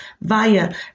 via